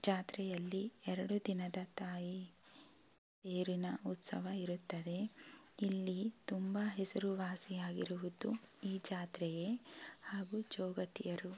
ಜಾತ್ರೆಯಲ್ಲಿ ಎರಡು ದಿನದ ತಾಯಿ ತೇರಿನ ಉತ್ಸವ ಇರುತ್ತದೆ ಇಲ್ಲಿ ತುಂಬಾ ಹೆಸರುವಾಸಿಯಾಗಿರುವುದು ಈ ಜಾತ್ರೆಯೇ ಹಾಗೂ ಜೋಗತಿಯರು